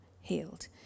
healed